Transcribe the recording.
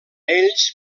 ells